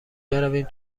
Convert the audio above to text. برویم